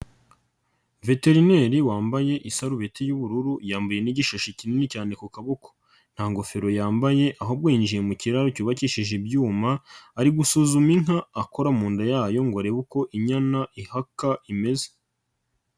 Veterineri wambaye isarubeti y'ubururu yambaye n'igishashi kinini cyane ku kaboko nta ngofero yambaye ahubwo yinjiye mu kiraro cyubakishije ibyuma ari gusuzuma inka akora mu nda yayo ngo arebe uko inyana ihaka imeze.